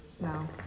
no